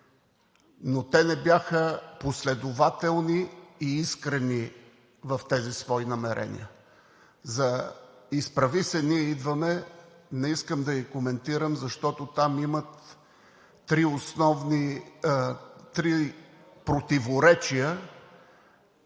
но те не бяха последователни и искрени в тези свои намерения. За „Изправи се БГ! Ние идваме!“ не искам да коментирам, защото там имат три противоречия